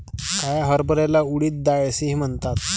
काळ्या हरभऱ्याला उडीद डाळ असेही म्हणतात